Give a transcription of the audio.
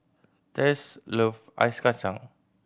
Tess love ice kacang